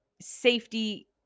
safety